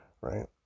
right